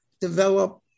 develop